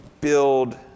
build